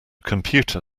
computer